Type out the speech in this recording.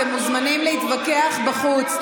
אתם מוזמנים להתווכח בחוץ.